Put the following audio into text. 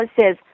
says